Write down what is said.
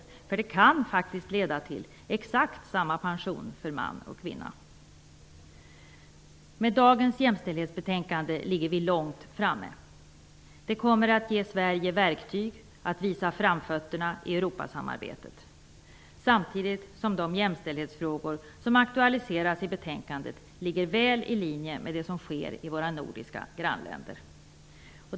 Det kan faktiskt leda till exakt samma pension för man och kvinna. Med dagens jämställdhetsbetänkande ligger vi långt framme. Det kommer att ge Sverige verktyg att visa framfötterna i Europasamarbetet, samtidigt som de jämställdhetsfrågor som aktualiseras i betänkandet ligger väl i linje med det som sker i våra nordiska grannländer.